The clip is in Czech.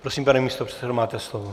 Prosím, pane místopředsedo, máte slovo.